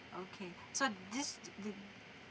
okay so this they